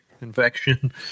infection